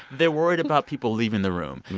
they're worried about people leaving the room.